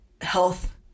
health